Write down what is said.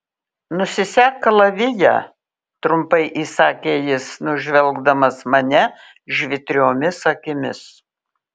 nusisek kalaviją trumpai įsakė jis nužvelgdamas mane žvitriomis akimis